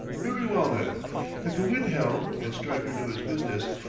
very well, then if the wind held and stryker knew his business,